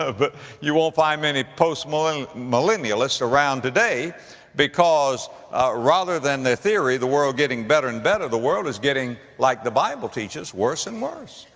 ah but you won't find many post-millen, millennialists around today because rather than their theory the world getting better and better, the world is getting, like the bible teaches, worse and worse.